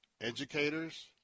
educators